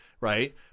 right